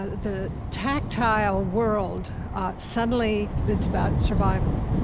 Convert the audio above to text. ah the tactile world suddenly, it's about survival.